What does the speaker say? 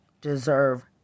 deserve